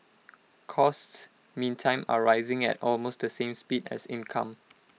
costs meantime are rising at almost the same speed as income